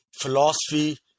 philosophy